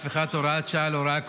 הפיכת הוראת שעה להוראה קבועה).